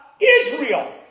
Israel